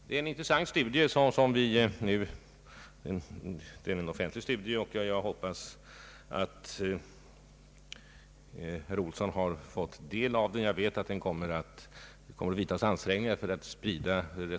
Det är en offentlig studie, och jag hoppas att herr Olsson har tagit eller kommer att ta del av den.